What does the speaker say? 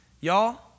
Y'all